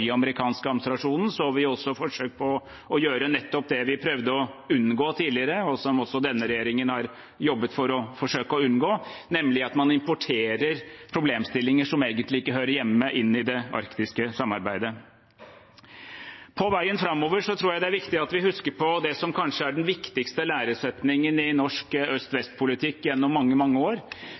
amerikanske administrasjonen så vi også forsøk på å gjøre nettopp det vi prøvde å unngå tidligere, og som også denne regjeringen har jobbet for å forsøke å unngå, nemlig å importere problemstillinger som egentlig ikke hører hjemme i det arktiske samarbeidet. På veien framover tror jeg det er viktig at vi husker på det som kanskje har vært den viktigste læresetningen i norsk øst–vest-politikk gjennom mange, mange år.